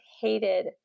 hated